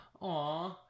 Aw